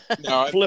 No